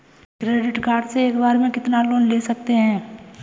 Credit card से एक बार में कितना लोन ले सकते हैं?